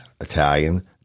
Italian